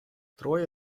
троє